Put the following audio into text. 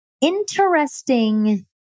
interesting